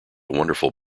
wonderful